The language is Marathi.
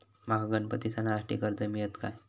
माका गणपती सणासाठी कर्ज मिळत काय?